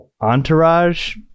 entourage